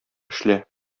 эшлә